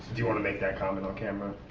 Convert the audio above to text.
you wanna make that comment on camera?